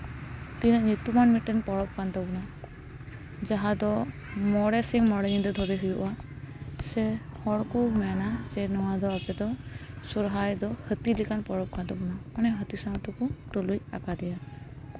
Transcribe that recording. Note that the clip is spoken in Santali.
ᱛᱤᱱᱟᱹᱜ ᱧᱩᱛᱢᱟᱱ ᱢᱤᱫᱴᱟᱝ ᱯᱚᱨᱚᱵᱽ ᱠᱟᱱ ᱛᱟᱵᱚᱱᱟ ᱡᱟᱦᱟᱸ ᱫᱚ ᱢᱚᱬᱮ ᱥᱤᱧ ᱢᱚᱢᱮ ᱧᱤᱫᱟᱹ ᱫᱷᱚᱨᱮ ᱦᱩᱭᱩᱜᱼᱟ ᱥᱮ ᱦᱚᱲ ᱠᱚ ᱢᱮᱱᱟ ᱡᱮ ᱱᱚᱣᱟ ᱫᱚ ᱟᱯᱮ ᱫᱚ ᱥᱚᱨᱦᱟᱭ ᱫᱚ ᱦᱟᱹᱛᱤ ᱞᱮᱠᱟᱱ ᱯᱚᱨᱚᱵᱽ ᱠᱟᱱ ᱛᱟᱵᱚᱱᱟ ᱢᱟᱱᱮ ᱦᱟᱹᱛᱤ ᱥᱟᱶ ᱛᱮᱠᱚ ᱛᱩᱞᱩᱡ ᱟᱠᱟᱫᱮᱭᱟ